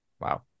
wow